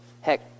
Heck